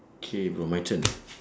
K bro my turn